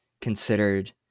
considered